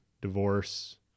divorce